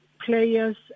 players